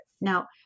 Now